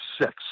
six